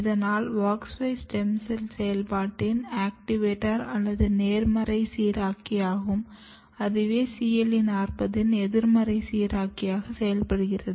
இதனால் WOX 5 stem cell செயல்பாட்டின் activator அல்லது நேர்மறை சீராக்கியாகும் அதுவே CLE 40 எதிர்மறை சீராக்கி ஆக செயல்படுகிறது